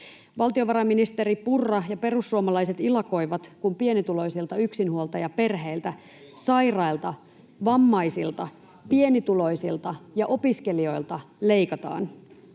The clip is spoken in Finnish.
Valtiovarainministeri Purra ja perussuomalaiset ilakoivat, kun pienituloisilta yksinhuoltajaperheiltä, sairailta, vammaisilta, pienituloisilta ja opiskelijoilta leikataan.